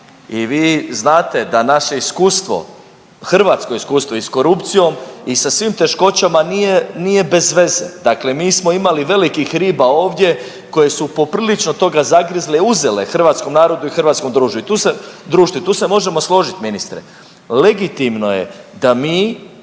i vi znate da naše iskustvo, hrvatsko iskustvo i s korupcijom i sa svim teškoćama nije bezveze. Dakle, mi smo imali velikih riba ovdje koje su poprilične toga zagrizle, uzele hrvatskom narodu i hrvatskom društvu i tu se možemo složiti ministre. Legitimno je da mi